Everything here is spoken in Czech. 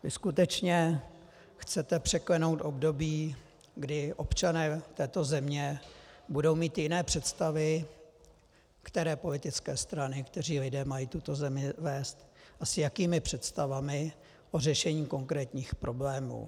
Vy skutečně chcete překlenout období, kdy občané této země budou mít jiné představy, které politické strany, kteří lidé mají tuto zemi vést a s jakými představami o řešení konkrétních problémů.